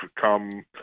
come